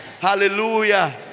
Hallelujah